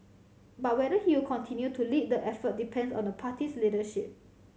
but whether he will continue to lead the effort depends on the party's leadership